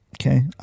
Okay